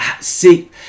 see